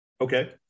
Okay